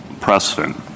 precedent